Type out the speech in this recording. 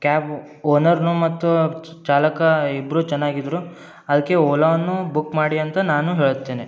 cab ಓನರ್ನು ಮತ್ತು ಚಾಲಕ ಇಬ್ಬರು ಚೆನ್ನಾಗಿದ್ರು ಅದಕ್ಕೆ ಓಲೊವನ್ನು ಬುಕ್ ಮಾಡಿ ಅಂತ ನಾನು ಹೇಳ್ತೀನಿ